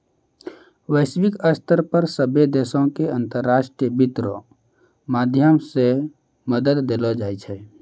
वैश्विक स्तर पर सभ्भे देशो के अन्तर्राष्ट्रीय वित्त रो माध्यम से मदद देलो जाय छै